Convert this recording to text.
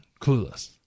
Clueless